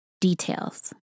details